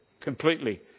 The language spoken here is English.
completely